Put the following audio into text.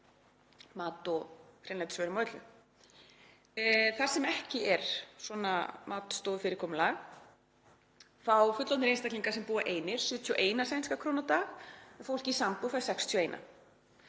mat og hreinlætisvörum og öllu. Þar sem ekki er svona matstofufyrirkomulag fá fullorðnir einstaklingar sem búa einir 71 sænska krónu á dag en fólk í sambúð 61